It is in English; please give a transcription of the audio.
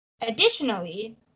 Additionally